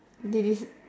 they dec~